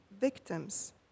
victims